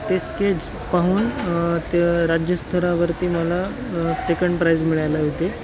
ते स्केच पाहून ते राज्यस्तरावरती मला सेकंड प्राईज मिळायला होते